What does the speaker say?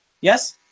Yes